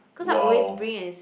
!wow!